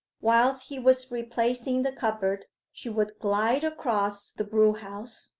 whilst he was replacing the cupboard, she would glide across the brewhouse,